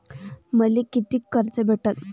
मले कितीक कर्ज भेटन?